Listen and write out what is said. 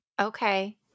Okay